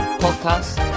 podcast